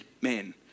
men